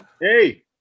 Hey